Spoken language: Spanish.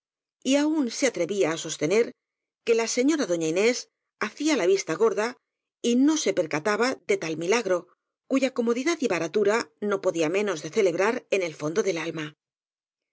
y aun se atrevía á sostener que la señora dona ines hacía la vista gorda y no se percataba de tal mila gro cuya comodidad y baratura no podía menos de celebrar en el fondo del alma